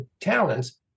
talents